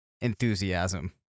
enthusiasm